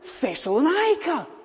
Thessalonica